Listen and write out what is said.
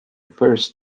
first